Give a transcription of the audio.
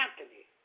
Anthony